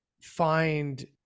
find